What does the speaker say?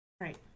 right